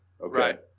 Okay